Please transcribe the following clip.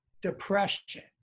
depression